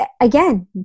again